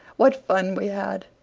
what fun we had!